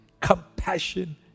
compassion